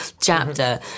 chapter